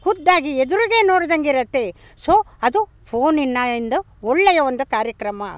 ಖುದ್ದಾಗಿ ಎದುರಿಗೆ ನೋಡಿದಂಗಿರುತ್ತೆ ಸೊ ಅದು ಫೋನಿನ ಇಂದು ಒಳ್ಳೆಯ ಒಂದು ಕಾರ್ಯಕ್ರಮ